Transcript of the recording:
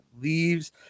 leaves